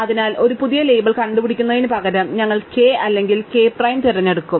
അതിനാൽ ഒരു പുതിയ ലേബൽ കണ്ടുപിടിക്കുന്നതിനുപകരം ഞങ്ങൾ k അല്ലെങ്കിൽ k പ്രൈം തിരഞ്ഞെടുക്കും